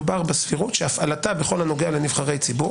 מדובר בסבירות שהפעלתה בכל הנוגע לנבחרי ציבור